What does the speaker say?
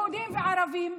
יהודים וערבים,